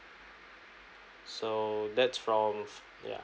so that's from yeah